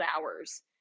hours